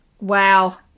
Wow